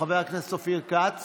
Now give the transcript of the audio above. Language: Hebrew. חבר הכנסת כץ,